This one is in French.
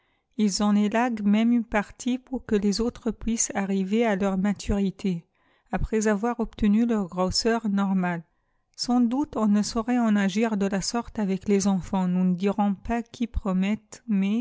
ils en élaguent même une partie peur que les autres puissent arriver à leur maturité après avoir obtenu leur grosseur normale sans doute on ne saurait en agir de la sorte avec les eofants nous ne dirons pas qui promettent mais